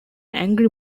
angry